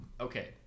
Okay